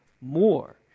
more